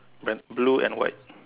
red blue and white